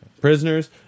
Prisoners